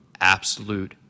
absolute